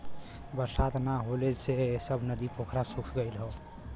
बरसात ना होले से सब नदी पोखरा सूख गयल हौ